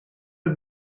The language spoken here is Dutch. het